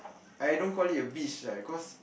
I don't call it a beast lah because